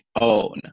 own